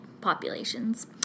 populations